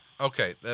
Okay